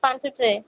ପାଞ୍ଚ ଟ୍ରେ